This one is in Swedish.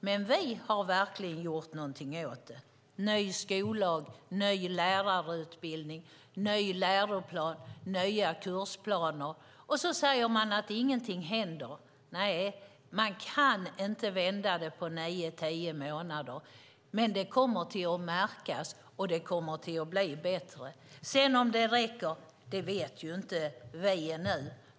Men vi har verkligen gjort någonting åt det: ny skollag, ny lärarutbildning, ny läroplan och nya kursplaner. Och så säger man att ingenting händer! Nej, man kan inte vända det på nio tio månader. Men det kommer att märkas, och det kommer att bli bättre. Om det räcker vet vi inte ännu.